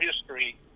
history